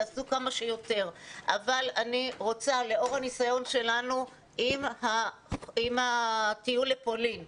תעשו כמה שיותר אבל יש לנו ניסיון עם הנסיעה לפולין וקטי,